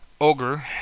Ogre